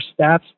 stats